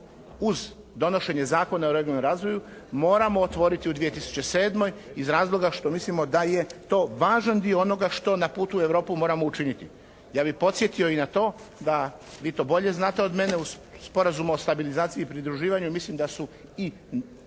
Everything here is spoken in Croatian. uz donošenje Zakona o regionalnom razvoju moramo otvoriti u 2007. iz razloga što mislimo da je to važan dio onoga što na putu u Europu moramo učiniti. Ja bih podsjetio i na to da vi to bolje znate od mene u Sporazumu o stabilizaciji i pridruživanju, mislim da su i